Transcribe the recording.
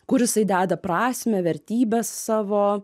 kur jisai deda prasmę vertybes savo